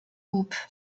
groupe